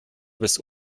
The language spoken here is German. bis